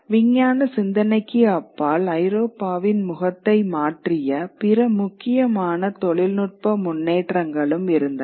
விஞ்ஞான சிந்தனைக்கு அப்பால் ஐரோப்பாவின் முகத்தை மாற்றிய பிற முக்கியமான தொழில்நுட்ப முன்னேற்றங்களும் இருந்தன